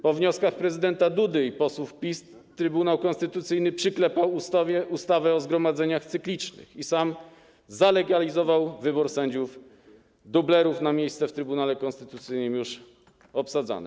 Po wnioskach prezydenta Dudy i posłów PiS Trybunał Konstytucyjny przyklepał ustawę o zgromadzeniach cyklicznych i sam zalegalizował wybór sędziów dublerów na miejsca w Trybunale Konstytucyjnym już obsadzone.